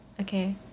Okay